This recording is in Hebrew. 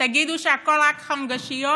תגידו שהכול רק חמגשיות?